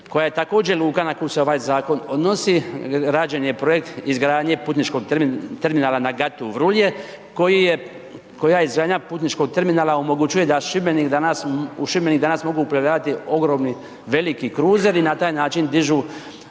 koja je također luka na koju se ovaj zakon odnosi, rađen je projekt izgradnje putničkog terminala na gatu Vrulje, koji je, koja izgradnja putničkog terminala omogućuje da u Šibenik danas mogu uplovljavati ogromni veliki kruzeri i na taj način dižu